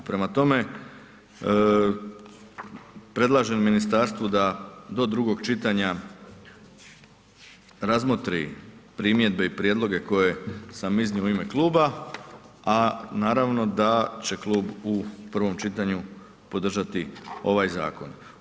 Prema tome, predlažem ministarstvu da do drugog čitanja razmotri primjedbe i prijedloge koje sam iznio u ime kluba, a naravno da će klub u prvom čitanju podržati ovaj zakon.